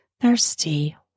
thirsty